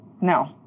No